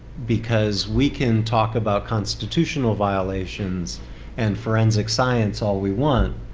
because we can talk about constitutional violations and forensic science all we want